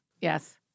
Yes